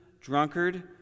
drunkard